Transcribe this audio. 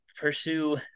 pursue